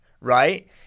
right